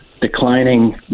declining